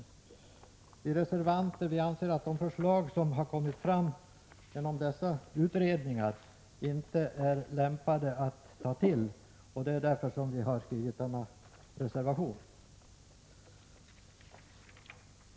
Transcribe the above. Vi reservanter anser att de förslag som framlagts av dessa utredningar inte är lämpade att genomföras. Det är därför vi skrivit denna reservation.